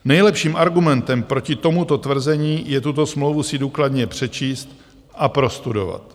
Nejlepším argumentem proti tomuto tvrzení je tuto smlouvu si důkladně přečíst a prostudovat.